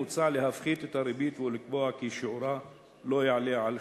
מוצע להפחית את הריבית ולקבוע כי שיעורה לא יעלה על 3%."